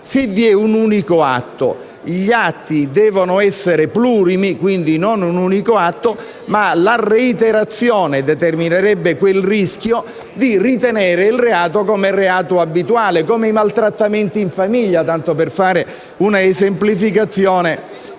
se vi è un unico atto. Gli atti devono essere plurimi, quindi non uno solo, ma la reiterazione determinerebbe quel rischio di ritenere quel reato abituale, come i maltrattamenti in famiglia tanto per fare una esemplificazione